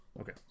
Okay